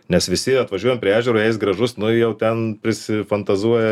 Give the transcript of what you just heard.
nes visi atvažiuojam prie ežero jei jis gražus nu jau ten prisifantazuoja